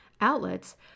outlets